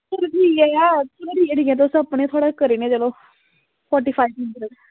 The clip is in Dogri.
चलो ठीक ऐ यार चलो ठीक ठीक ऐ तुस अपने करी ओड़ने आं चलो फोटी फाई